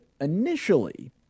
initially